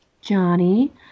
Johnny